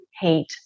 hate